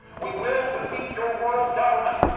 we will defeat your world government.